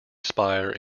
spire